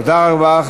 תודה רבה.